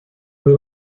fue